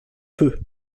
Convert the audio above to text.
peu